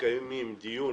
מקיימים דיון